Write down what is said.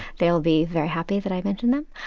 they'll be very happy that i mentioned them